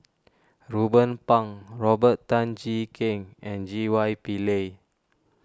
Ruben Pang Robert Tan Jee Keng and J Y Pillay